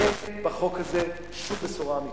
אין בחוק הזה שום בשורה אמיתית.